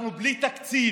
אנחנו בלי תקציב